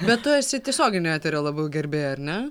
bet tu esi tiesioginio eterio labiau gerbėja ar ne